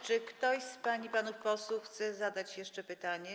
Czy ktoś z pań i panów posłów chce zadać jeszcze pytanie?